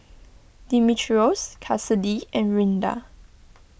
Dimitrios Kassidy and Rinda